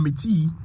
Committee